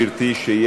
גברתי,